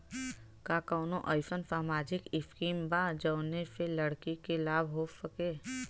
का कौनौ अईसन सामाजिक स्किम बा जौने से लड़की के लाभ हो?